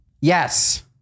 yes